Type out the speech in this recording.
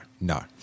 no